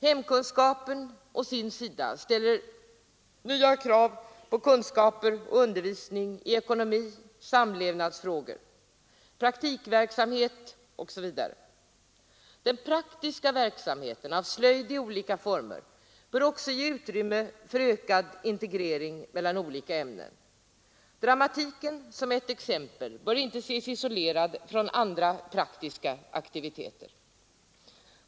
Hemkunskapen å sin sida ställer nya krav på kunskaper och undervisning i ekonomi, samlevnadsfrågor, praktikverksamhet osv. Den praktiska verksamheten med slöjd i olika former bör också ge utrymme för ökad integrering mellan olika ämnen. Dramatiken bör exempelvis inte ses isolerad från andra mer praktiska aktiviteter.